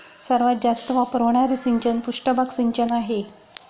सर्वात जास्त वापर होणारे सिंचन पृष्ठभाग सिंचन आहे